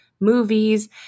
movies